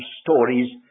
stories